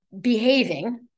behaving